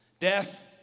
Death